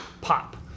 pop